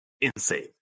insane